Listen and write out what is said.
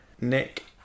Nick